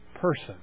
person